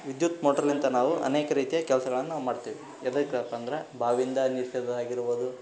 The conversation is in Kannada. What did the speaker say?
ವಿದ್ಯುತ್ ಮೋಟ್ರ್ಲಿಂದ ನಾವು ಅನೇಕ ರೀತಿಯ ಕೆಲ್ಸಗಳನ್ನು ನಾವು ಮಾಡ್ತೇವೆ ಯಾದಕಪ್ಪಅಂದ್ರೆ ಬಾವಿಯಿಂದ ನೀರು ಸೇದೋದು ಆಗಿರ್ಬೋದು